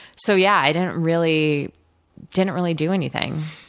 so, yeah. i didn't really didn't really do anything.